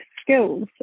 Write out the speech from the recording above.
skills